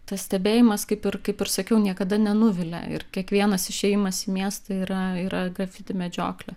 tas stebėjimas kaip ir kaip ir sakiau niekada nenuvilia ir kiekvienas išėjimas į miestą yra yra grafiti medžioklė